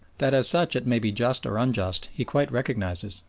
that as such it may be just or unjust he quite recognises,